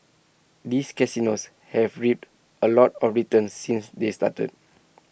this casinos have reaped A lot of returns since they started